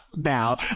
now